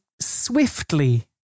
swiftly